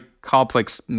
complex